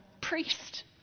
priest